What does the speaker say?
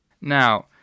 Now